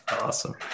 Awesome